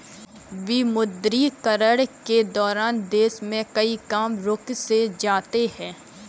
विमुद्रीकरण के दौरान देश में कई काम रुक से जाते हैं